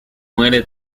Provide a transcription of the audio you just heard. muere